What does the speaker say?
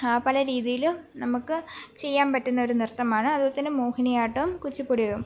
പല രീതിയിലും നമുക്ക് ചെയ്യാൻ പറ്റുന്നൊരു നൃത്തമാണ് അതു പോലെ തന്നെ മോഹിനിയാട്ടവും കുച്ചിപ്പുടിയും